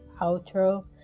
outro